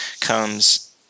comes